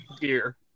gear